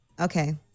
Okay